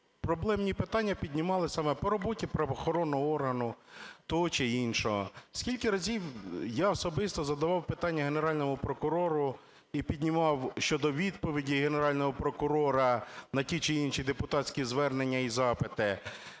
проблемні питання піднімали саме по роботі правоохоронного органу, того чи іншого! Скільки разів я особисто задавав питання Генеральному прокурору і піднімав щодо відповіді Генерального прокурора на ті чи інші депутатські звернення і запити!